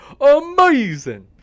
Amazing